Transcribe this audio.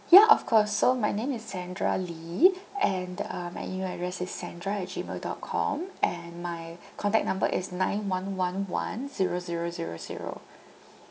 ya of course so my name is sandra lee and uh my email address is sandra at gmail dot com and my contact number is nine one one one zero zero zero zero